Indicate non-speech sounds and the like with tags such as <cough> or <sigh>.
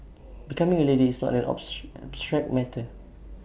becoming A leader is not an <unintelligible> abstract matter